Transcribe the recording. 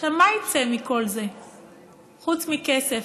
מה יצא מכל זה חוץ מכסף?